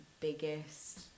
biggest